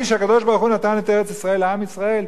שהקדוש-ברוך-הוא נתן את ארץ-ישראל לעם ישראל,